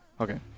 okay